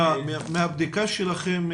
מהבדיקה שלכם,